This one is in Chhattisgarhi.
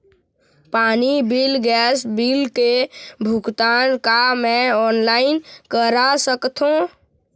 पानी बिल गैस बिल के भुगतान का मैं ऑनलाइन करा सकथों?